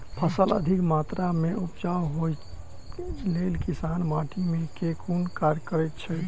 फसल अधिक मात्रा मे उपजाउ होइक लेल किसान माटि मे केँ कुन कार्य करैत छैथ?